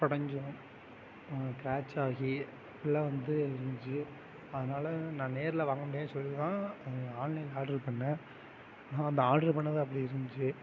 உடஞ்சும் crash ஆகி ஃபுல்லாக வந்து இருந்துச்சு அதனால நான் நேரில் வாங்க முடியாதுனு சொல்லி தான் அதில் ஆன்லைனில் ஆட்ரு பண்ணிணேன் அந்த ஆட்ரு பண்ணிணது அப்படியே இருந்துச்சு